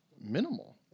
minimal